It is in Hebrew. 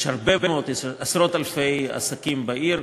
יש עשרות-אלפי עסקים בעיר,